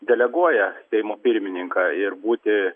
deleguoja seimo pirmininką ir būti